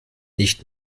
nicht